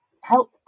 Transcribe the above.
help